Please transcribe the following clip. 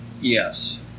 Yes